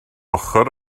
ochr